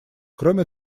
кроме